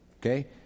okay